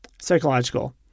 psychological